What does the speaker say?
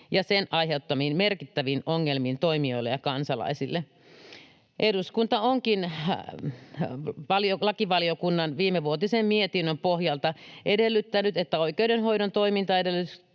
ja sen aiheuttamiin merkittäviin ongelmiin toimijoille ja kansalaisille. Eduskunta onkin lakivaliokunnan viimevuotisen mietinnön pohjalta edellyttänyt, että oikeudenhoidon toimintaedellytyksistä